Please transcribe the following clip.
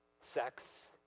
sex